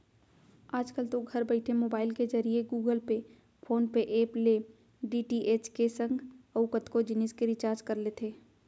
आजकल तो घर बइठे मोबईल के जरिए गुगल पे, फोन पे ऐप ले डी.टी.एच के संग अउ कतको जिनिस के रिचार्ज कर लेथे